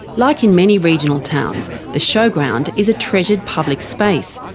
like in many regional towns, the showground is a treasured public space.